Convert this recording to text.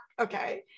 Okay